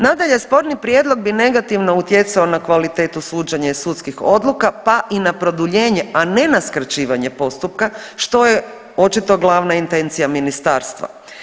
Nadalje, sporni prijedlog bi negativno utjecao na kvalitetu suđenja i sudskih odluka, pa i na produljenje, a ne na skraćivanje postupka što je očito glavna intencija ministarstva.